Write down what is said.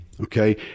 okay